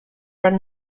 ran